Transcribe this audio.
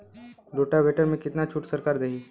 Rotavator में कितना छूट सरकार देही?